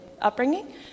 upbringing